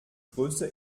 größte